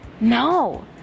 No